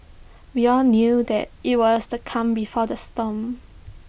we all knew that IT was the calm before the storm